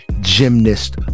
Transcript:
gymnast